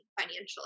financially